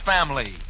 Family